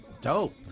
Dope